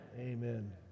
Amen